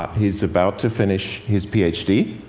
he's about to finish his ph d,